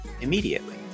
immediately